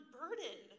burden